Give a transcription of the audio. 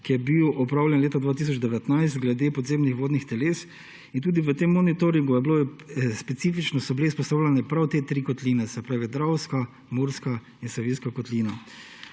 ki je bil opravljen leta 2019 glede podzemnih vodnih teles. V tem monitoringu so bile specifično izpostavljene prav te tri kotline, se pravi Dravska, Murska in Savinjska kotlina,